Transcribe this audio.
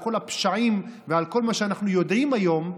כל הפשעים ועל כל מה שאנחנו יודעים היום.